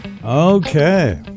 Okay